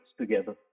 together